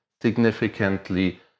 significantly